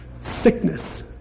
sickness